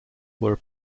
were